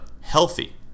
healthy